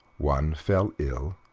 one fell ill,